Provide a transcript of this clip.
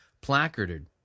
placarded